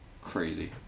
crazy